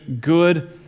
good